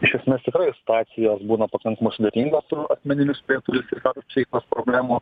iš esmės tikrai situacijos būna pakankamai sudėtingos su asmenimis kurie turi sveikatos psichikos problemų